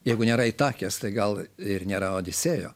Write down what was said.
jeigu nėra itakės tai gal ir nėra odisėjo